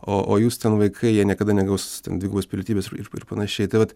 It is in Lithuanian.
o o jūs ten vaikai jie niekada negaus ten dvigubos pilietybės ir ir panašiai tai vat